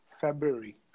February